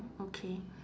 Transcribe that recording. okay